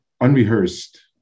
unrehearsed